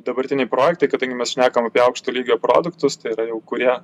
dabartiniai projektai kadangi mes šnekam apie aukšto lygio produktus tai yra jau kurie